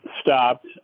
stopped